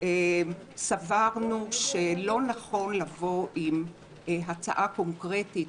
סברנו שלא נכון לבוא עם הצעה קונקרטית,